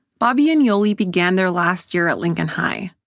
bobby and yoli began there last year at lincoln high,